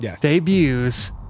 debuts